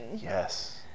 yes